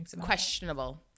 questionable